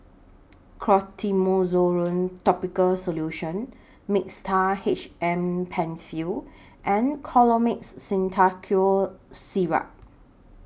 Clotrimozole Topical Solution Mixtard H M PenFill and Colimix Simethicone Syrup